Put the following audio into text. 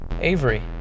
Avery